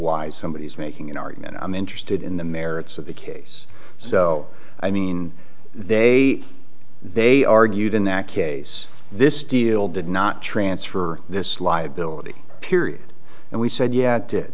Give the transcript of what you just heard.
why somebody is making an argument i'm interested in the merits of the case so i mean they they argued in that case this deal did not transfer this liability period and we said ye